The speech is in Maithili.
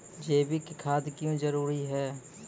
जैविक खाद क्यो जरूरी हैं?